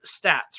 stats